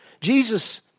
Jesus